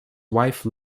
wife